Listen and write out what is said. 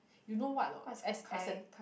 you know what or not as as an